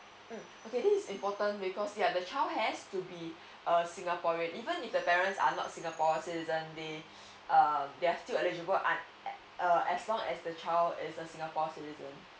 mm okay this is important because yeah the child has to be a singaporean even if the parents are not singapore citizen they uh they are still eligible uh uh as long as the child is a singapore citizen